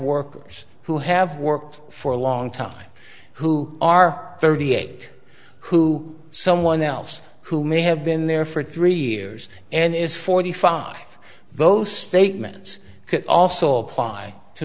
workers who have worked for a long time who are thirty eight who someone else who may have been there for three years and is forty five those statements could also apply to